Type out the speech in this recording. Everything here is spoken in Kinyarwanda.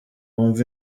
wumve